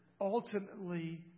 ultimately